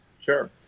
Sure